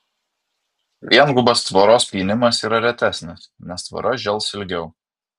viengubas tvoros pynimas yra retesnis nes tvora žels ilgiau